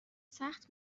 سخت